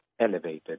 elevated